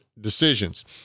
decisions